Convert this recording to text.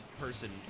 person